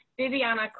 Viviana